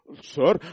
Sir